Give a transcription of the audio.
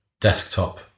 desktop